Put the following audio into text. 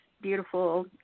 beautiful